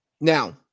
Now